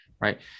right